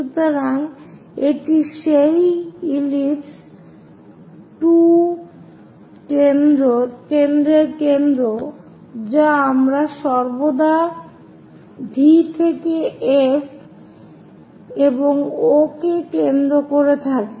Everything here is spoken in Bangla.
সুতরাং এটি সেই ইলিপস 2 কেন্দ্রের কেন্দ্র যা আমরা সর্বদা V থেকে F এবং O কে কেন্দ্র করে থাকি